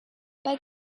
pas